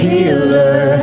Healer